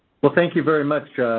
well thank you very much.